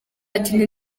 ati